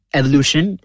evolution